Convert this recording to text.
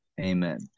Amen